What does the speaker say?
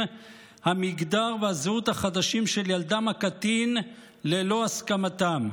המגדר והזהות החדשים של ילדם הקטין ללא הסכמתם.